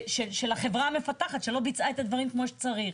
של החברה המפתחת שלא ביצעה את הדברים כמו שצריך.